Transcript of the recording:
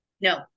No